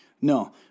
No